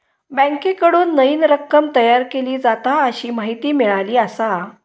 बँकेकडून नईन रक्कम तयार केली जाता, अशी माहिती मिळाली आसा